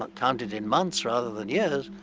ah counted in months rather than years,